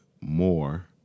more